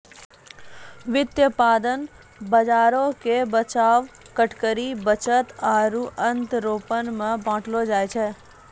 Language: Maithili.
व्युत्पादन बजारो के बचाव, अटकरी, बचत आरु अंतरपनो मे बांटलो जाय छै